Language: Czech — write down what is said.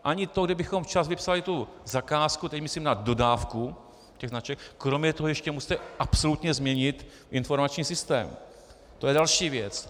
Ani to, kdybychom včas vypsali zakázku, a teď myslím na dodávku značek, kromě toho ještě musíte absolutně změnit informační systém, to je další věc.